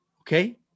Okay